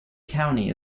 county